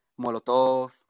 Molotov